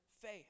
faith